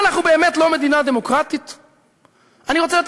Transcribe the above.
אני לא,